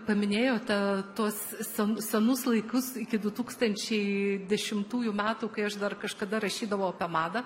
paminėjote tuos sen senus laikus iki du tūkstančiai dešimtųjų metų kai aš dar kažkada rašydavau apie madą